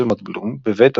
אולם גדל בניו יורק,